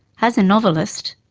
as a novelist,